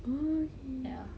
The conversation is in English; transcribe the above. ya